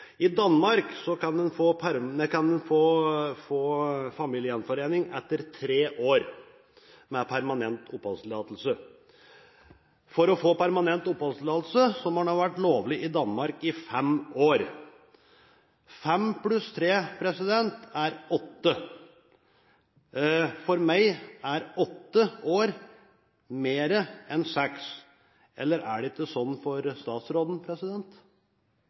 I Danmark kan en få familiegjenforening etter tre år med permanent oppholdstillatelse. For å få permanent oppholdstillatelse må en ha vært lovlig i Danmark i fem år. Fem pluss tre er åtte. For meg er åtte år mer enn seks år. Er det ikke sånn for statsråden?